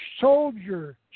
soldier